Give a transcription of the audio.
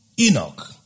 Enoch